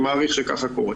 אני מעריך שכך זה קורה.